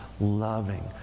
loving